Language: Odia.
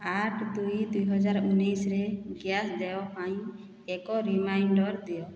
ଆଠ ଦୁଇ ଦୁଇ ହଜାର ଉଣେଇଶରେ ଗ୍ୟାସ ଦେୟ ପାଇଁ ଏକ ରିମାଇଣ୍ଡର ଦିଅ